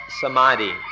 samadhi